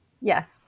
Yes